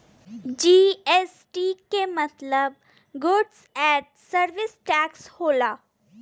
GST के मतलब goods and service tax होला